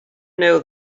know